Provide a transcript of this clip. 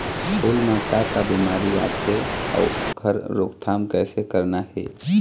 फूल म का का बिमारी आथे अउ ओखर रोकथाम कइसे करना हे?